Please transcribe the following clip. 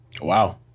Wow